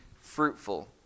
fruitful